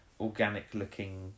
organic-looking